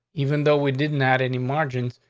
even though we didn't at any margins,